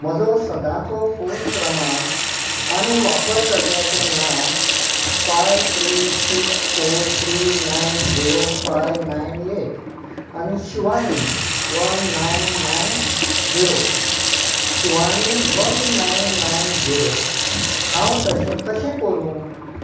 म्हजो सदांचो फोन क्रमांक आनी वापरकर्त्याचे नांव five three six four three nine zero five nine eight आनी Shivani one nine nine zero Shivani one nine nine zero हांव तशें कशें करूं